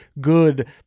good